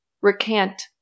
recant